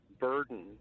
burden